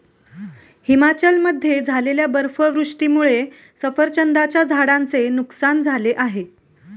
हिमाचलमध्ये झालेल्या बर्फवृष्टीमुळे सफरचंदाच्या झाडांचे नुकसान झाले आहे